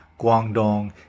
Guangdong